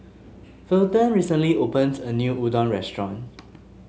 Fulton recently opened a new Udon Restaurant